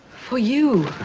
for you.